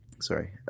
Sorry